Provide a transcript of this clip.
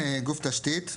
"גוף תשתית"